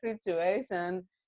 situation